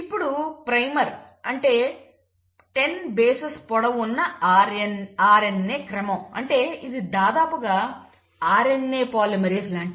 ఇప్పుడు ప్రైమర్ అంటే 10 బేసెస్ పొడవు ఉన్న RNA క్రమం అంటే ఇది దాదాపుగా RNA పాలిమరేస్ లాంటిది